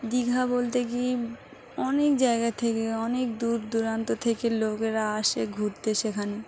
দীঘা বলতে কি অনেক জায়গা থেকে অনেক দূর দূরান্ত থেকে লোকেরা আসে ঘুরতে সেখানে